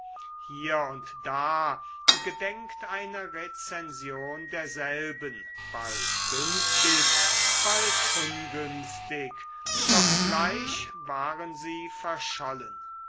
hier und da gedenkt eine rezension derselben bald günstig bald ungünstig doch gleich waren sie verschollen